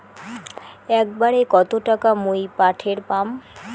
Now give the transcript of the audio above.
একবারে কত টাকা মুই পাঠের পাম?